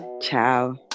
Ciao